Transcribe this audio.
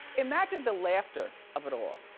imagine the laughter of it all.